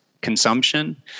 consumption